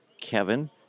Kevin